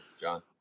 John